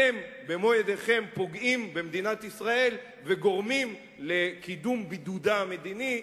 אתם במו-ידיכם פוגעים במדינת ישראל וגורמים לקידום בידודה המדיני,